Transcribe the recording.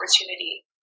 opportunity